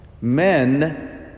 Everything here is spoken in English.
Men